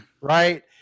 Right